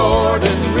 Jordan